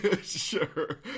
Sure